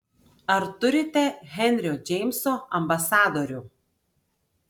ar turite henrio džeimso ambasadorių